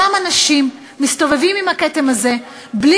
אותם אנשים מסתובבים עם הכתם הזה בלי